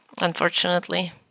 unfortunately